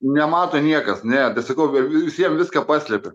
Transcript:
nemato niekas ne tai sakau visiem viską paslepi